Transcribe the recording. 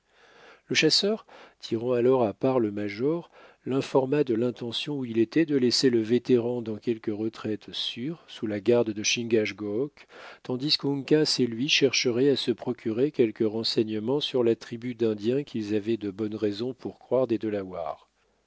le chasseur tirant alors à part le major l'informa de l'intention où il était de laisser le vétéran dans quelque retraite sûre sous la garde de chingachgook tandis qu'uncas et lui chercheraient à se procurer quelques renseignements sur la tribu d'indiens qu'ils avaient de bonnes raisons pour croire des